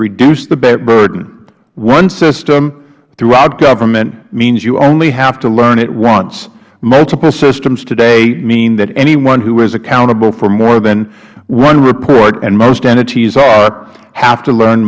reduce the burden one system throughout government means you only have to learn it once multiple systems today mean that anyone who is accountable for more than one report and most entities are have to learn